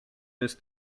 jest